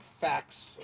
facts